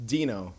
Dino